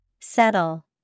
Settle